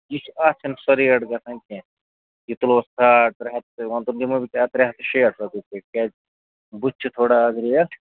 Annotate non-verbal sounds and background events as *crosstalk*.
یہِ چھُ اَتھ چھُنہٕ سۄ ریٹ گژھان کیٚنٛہہ یہِ تُلو ساڑ ترٛےٚ ہَتھ *unintelligible* وَنہِ زَن دِمو بہٕ ژےٚ اَتھ ترٛےٚ ہَتھ تہٕ شیٹھ رۄپیہِ فُٹ کیٛازِ بٕتھہِ چھُ تھوا آز ریٹ